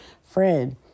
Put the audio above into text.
Friend